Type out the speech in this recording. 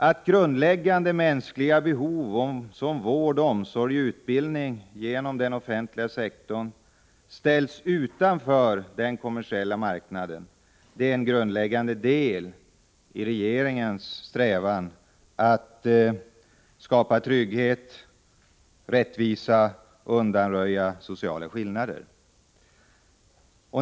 Att grundläggande mänskliga behov som vård, omsorg och utbildning genom den offentliga sektorn ställs utanför den kommersiella marknaden är en grundläggande deli regeringens strävan att skapa trygghet och rättvisa och undanröja sociala skillnader.